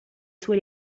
sue